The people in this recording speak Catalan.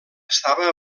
estava